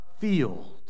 field